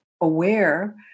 aware